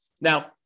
Now